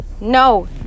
No